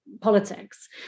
politics